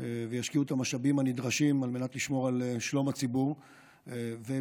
וישקיעו את המשאבים הנדרשים על מנת לשמור על שלום הציבור וביטחונו.